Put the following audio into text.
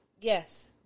Yes